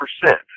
percent